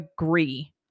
agree